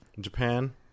Japan